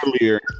earlier